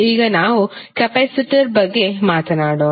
ಈಗ ನಾವು ಕೆಪಾಸಿಟರ್ ಬಗ್ಗೆ ಮಾತನಾಡೋಣ